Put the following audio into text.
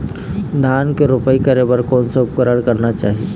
धान के रोपाई करे बर कोन सा उपकरण करना चाही?